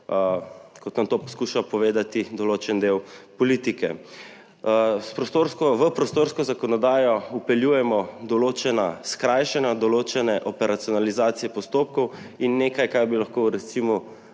kot nam to poskuša povedati določen del politike. V prostorsko zakonodajo vpeljujemo določena skrajšanja, določene operacionalizacije postopkov in nekaj, čemur bi lahko rekli